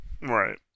right